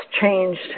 changed